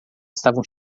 estavam